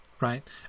right